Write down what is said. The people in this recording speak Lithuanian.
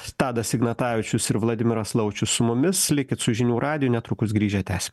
tadas ignatavičius ir vladimiras laučius su mumis likit su žinių radiju netrukus grįžę tęsim